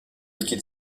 liquide